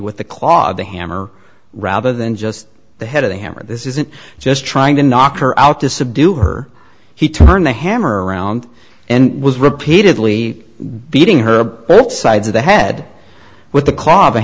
of the hammer rather than just the head of the hammer this isn't just trying to knock her out to subdue her he turned the hammer around and was repeatedly beating her both sides of the head with the